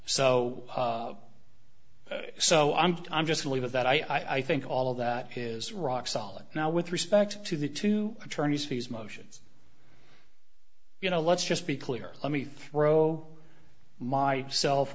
so so i'm i'm just relieved that i think all of that is rock solid now with respect to the two attorneys fees motions you know let's just be clear let me throw my self